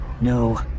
No